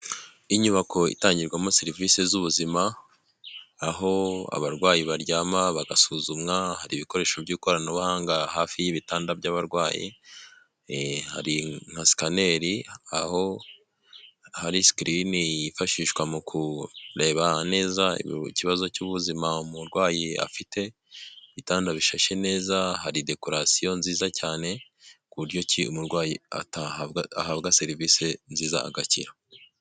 Inyubako itangirwamo serivisi z'ubuzima, aho abarwayi baryama bagasuzumwa hari ibikoresho by'ikoranabuhanga hafi y'ibitanda by'abarwayi, hari na sikaneri hakabaho ahari na sikirini yifashishwa mu kureba neza ikibazo cy'ubuzima umurwayi afite, ibitanda bishashe neza, hari dekorasiyo nziza cyane ku buryo ki umurwayi ahabwa serivisi nziza agakira.